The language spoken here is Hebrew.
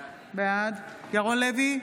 בעד ירון לוי,